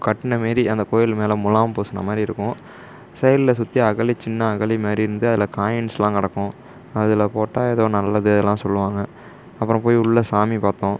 கட்டின மாரி அந்த கோவில் மேல் முலாம் பூசுன மாதிரி இருக்கும் சைடில் சுற்றி அகழி சின்ன அகழி மாதிரி இருந்து அதில் காயின்ஸ்லாம் கிடக்கும் அதில் போட்டால் ஏதோ நல்லதுலாம் சொல்வாங்க அப்புறம் போய் உள்ளே சாமி பார்த்தோம்